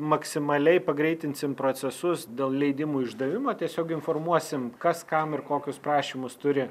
maksimaliai pagreitinsim procesus dėl leidimų išdavimo tiesiog informuosim kas kam ir kokius prašymus turi